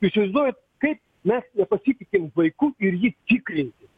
įsivaizduojat kaip mes nepasitikim vaiku ir jį tikrinti